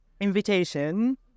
invitation